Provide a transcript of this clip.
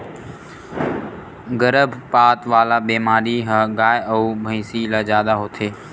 गरभपात वाला बेमारी ह गाय अउ भइसी ल जादा होथे